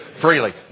Freely